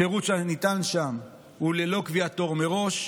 השירות שניתן שם הוא ללא קביעת תור מראש.